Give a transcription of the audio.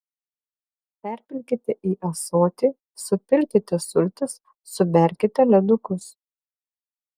perpilkite į ąsotį supilkite sultis suberkite ledukus